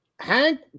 Hank